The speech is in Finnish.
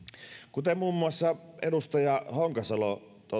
kuten muun muassa edustaja honkasalo